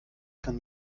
kann